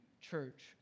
church